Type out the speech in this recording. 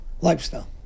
lifestyle